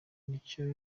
nicyo